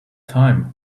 time